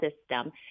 system